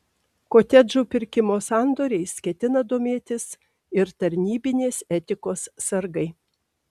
kotedžų pirkimo sandoriais ketina domėtis ir tarnybinės etikos sargai